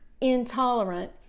intolerant